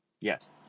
Yes